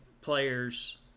players